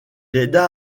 aida